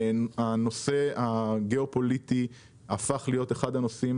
הנושא הגיאופוליטי הפך להיות אחד הנושאים